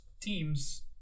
teams